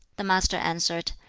the master answered,